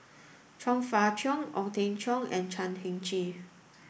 Chong Fah Cheong Ong Teng Cheong and Chan Heng Chee